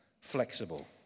flexible